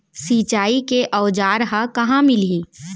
सिंचाई के औज़ार हा कहाँ मिलही?